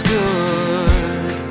good